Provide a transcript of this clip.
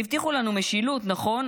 הבטיחו לנו משילות, נכון?